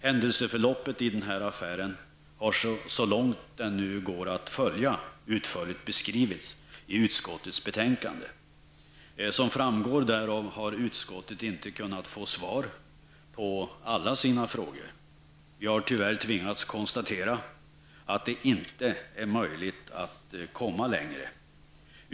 Händelseförloppet i affären har, så långt vi kunnat konstatera, utförligt beskrivits i utskottets betänkande. Som framgår därav har utskottet inte kunnat få svar på alla sina frågor. Vi har nämligen tyvärr tvingats konstatera, att det inte är möjligt att komma längre i ärendet.